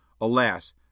Alas